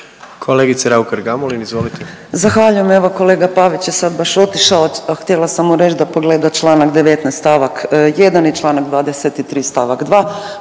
**Raukar-Gamulin, Urša (Možemo!)** Zahvaljujem. Evo kolega Pavić je sad baš otišao, a htjela sam mu reći da pogleda članak 19. stavak 1. i članak 23. stavak 2.